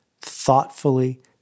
thoughtfully